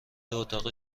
اتاق